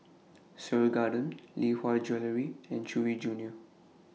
Seoul Garden Lee Hwa Jewellery and Chewy Junior